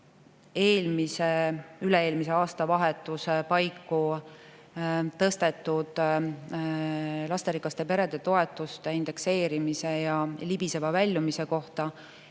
kasutanud üle-eelmise aastavahetuse paiku tõstetud lasterikaste perede toetuste indekseerimise ja libiseva väljumise kohta